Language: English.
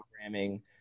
programming